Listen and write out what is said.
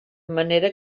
manera